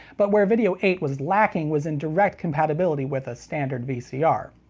but where video eight was lacking was in direct compatibility with a standard vcr.